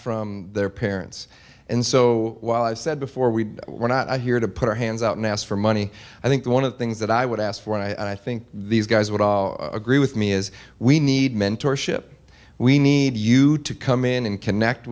from their parents and so while i've said before we were not here to put our hands out and ask for money i think one of the things that i would ask for and i think these guys would agree with me is we need mentor ship we need you to come in and connect